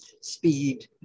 speed